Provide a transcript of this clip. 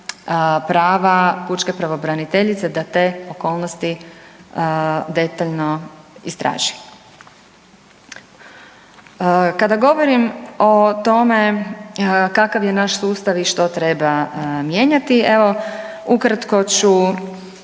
prava Pučke pravobraniteljice da te okolnosti detaljno istraži. Kada govorim o tome kakav je naš sustav i što treba mijenjati, evo ukratko ću